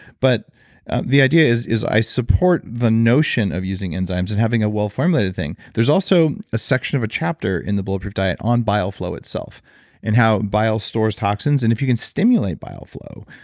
but the idea is, i support the notion of using enzymes and having a well formulated thing. there's also a section of a chapter in the bulletproof diet on bile flow itself and how bile stores toxins and if you can stimulate bile flow,